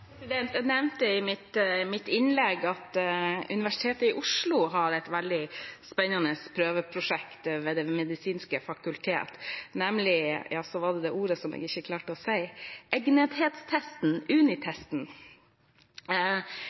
Jeg nevnte i mitt innlegg at Universitetet i Oslo har et veldig spennende prøveprosjekt ved Det medisinske fakultet, nemlig egnethetstesten, uniTESTen. Vi har vel alle møtt på den legen som kanskje var faglig veldig dyktig, men som ikke